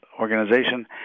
organization